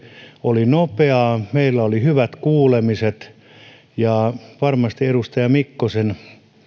oli nopeaa ja meillä oli hyvät kuulemiset mutta varmasti edustaja mikkosen